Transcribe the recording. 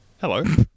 Hello